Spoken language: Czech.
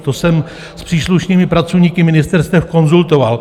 To jsem s příslušnými pracovníky ministerstev konzultoval.